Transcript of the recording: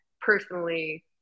personally